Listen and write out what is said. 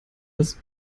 das